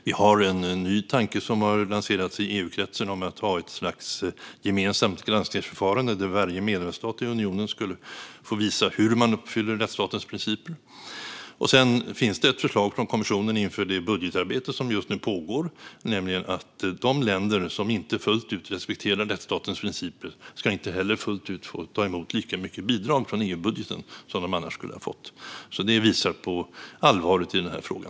Vi har en ny tanke som har lanserats i EU-kretsen om att ha ett slags gemensamt granskningsförfarande där varje medlemsstat i unionen skulle få visa hur man uppfyller rättsstatens principer. Sedan finns det ett förslag från kommissionen inför det budgetarbete som just nu pågår. De länder som inte fullt ut respekterar rättsstatens principer ska inte heller fullt ut få ta emot lika mycket bidrag från EU-budgeten som de annars skulle ha fått. Det visar på allvaret i den här frågan.